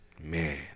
man